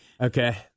Okay